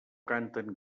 canten